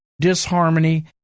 disharmony